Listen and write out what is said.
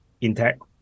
intact